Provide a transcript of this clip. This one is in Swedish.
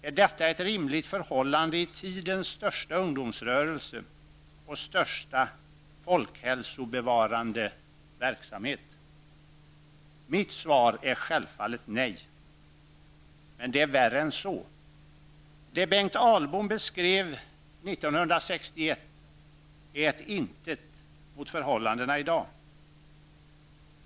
Är detta ett rimligt förhållande i tidens största ungdomsrörelse och största folkhälsobevarande verksamhet?'' Mitt svar är självfallet nej. Det är värre än så. Det Bengt Ahlbom beskrev 1961 är intet mot förhållandena i dag.